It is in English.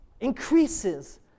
increases